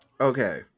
okay